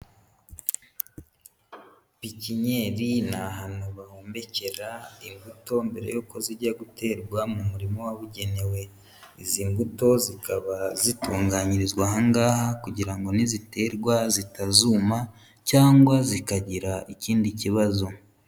Pipinyeri ni ahantu bahumbikira imbuto mbere y'uko zijya guterwa mu murimo wabugenewe, izi mbuto zikaba zitunganyirizwa aha ngaha kugira ngo niziterwa zitazuma cyangwa zikagira ikindi kibazo.